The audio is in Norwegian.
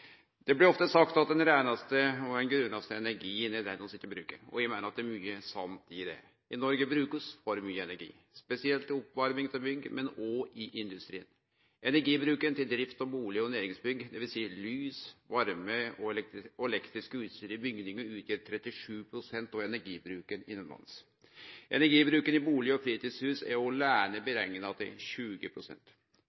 Det blir ofte sagt at den reinaste og grønaste energien er den vi ikkje bruker. Eg meiner det er mykje sant i det. I Noreg bruker vi for mykje energi, spesielt til oppvarming av bygg, men òg i industrien. Energibruken til drift av bustader og næringsbygg, dvs. lys, varme og elektrisk utstyr i bygningar, utgjer 37 pst. av energibruken innanlands. Energibruken i bustader og fritidshus er